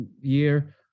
year